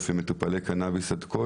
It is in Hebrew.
כ-6,000 מטופלי קנביס עד כה.